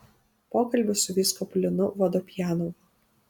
pokalbis su vyskupu linu vodopjanovu